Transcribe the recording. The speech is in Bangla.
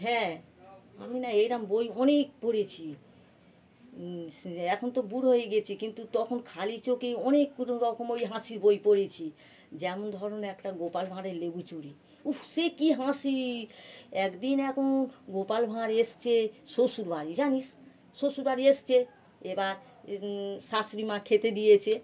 হ্যাঁ আমি না এরকম বই অনেক পড়েছি সে এখন তো বুড়ো হয়ে গিয়েছি কিন্তু তখন খালি চোখে অনেক রকম ওই হাসির বই পড়েছি যেমন ধরুন একটা গোপাল ভাঁড়ের লেবু চুরি উফ সে কী হাসি একদিন এখন গোপাল ভাঁড় এসেছে শ্বশুরবাড়ি জানিস শ্বশুরবাড়ি এসেছে এবার শাশুড়ি মা খেতে দিয়েছে